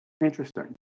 Interesting